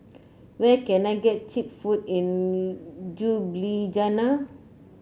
where can I get cheap food in Ljubljana